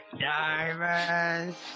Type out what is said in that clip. Diamonds